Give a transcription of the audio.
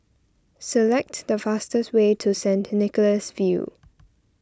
select the fastest way to Saint Nicholas View